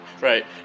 right